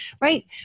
right